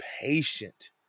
patient